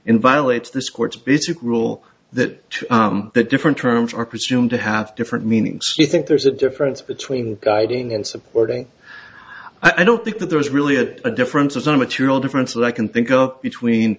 in violates this court's basic rule that the different terms are presumed to have different meanings you think there's a difference between guiding and supporting i don't think that there is really it a difference on material difference that i can think of between